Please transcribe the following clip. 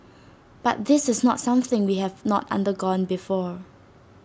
but this is not something that we have not undergone before